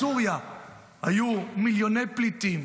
בסוריה היו מיליוני פליטים,